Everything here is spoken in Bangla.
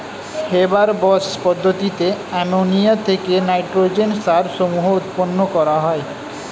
হেবার বস পদ্ধতিতে অ্যামোনিয়া থেকে নাইট্রোজেন সার সমূহ উৎপন্ন করা হয়